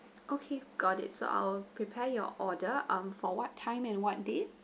okay got it so I'll prepare your order um for what time and what date